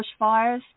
bushfires